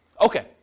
Okay